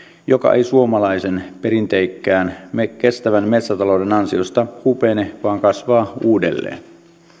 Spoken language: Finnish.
joka ei suomalaisen perinteikkään kestävän metsätalouden ansiosta hupene vaan kasvaa uudelleen